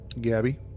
Gabby